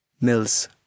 Mills